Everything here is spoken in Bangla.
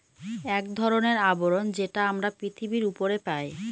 এক ধরনের আবরণ যেটা আমরা পৃথিবীর উপরে পাই